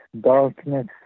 darkness